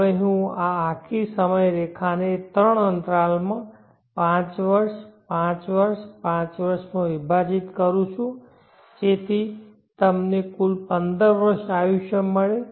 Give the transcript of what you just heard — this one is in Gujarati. હવે હું આખી સમયરેખાને ત્રણ અંતરાલમાં પાંચ વર્ષ પાંચ વર્ષ પાંચ વર્ષમાં વિભાજીત કરું છું જેથી તમને કુલ પંદર વર્ષ આયુષ્ય મળે